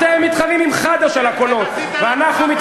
אתם מתחרים עם חד"ש על הקולות, איך עשית לנו, ככה?